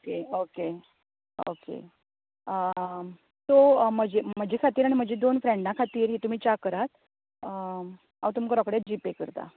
okay okay okay so म्हजी म्हजे खातीर आनी म्हजी दोन फ्रेंडा खातीर तुमी च्या करात हांव तुमका रोखडेंच जी पे करतां